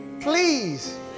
please